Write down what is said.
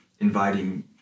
inviting